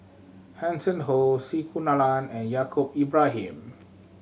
Hanson Ho C Kunalan and Yaacob Ibrahim